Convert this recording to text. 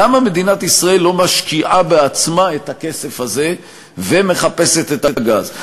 למה מדינת ישראל לא משקיעה בעצמה את הכסף הזה ומחפשת את הגז?